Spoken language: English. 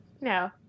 No